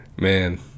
man